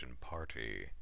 party